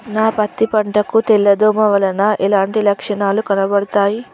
నా పత్తి పంట కు తెల్ల దోమ వలన ఎలాంటి లక్షణాలు కనబడుతాయి?